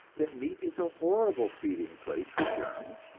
that meat is a horrible feeding place for germs,